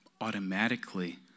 automatically